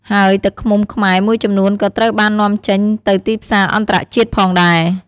ហើយទឹកឃ្មុំខ្មែរមួយចំនួនក៏ត្រូវបាននាំចេញទៅទីផ្សារអន្តរជាតិផងដែរ។